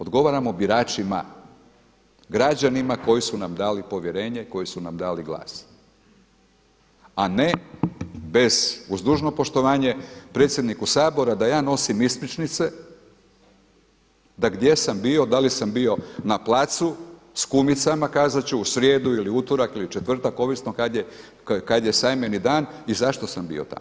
Odgovaramo biračima, građanima koji su nam dali povjerenje, koji su nam dali glas a ne bez, uz dužno poštovanje, predsjedniku Sabora da ja nosim ispričnice da gdje sam bio, da li sam bio na placu sa kumicama, kazati ću u srijedu ili utorak ili četvrtak, ovisno kada je sajmeni dan i zašto sam bio tamo.